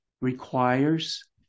requires